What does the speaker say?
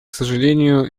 сожалению